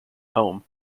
home